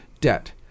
debt